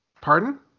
Pardon